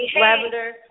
Lavender